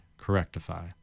correctify